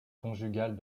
conjugale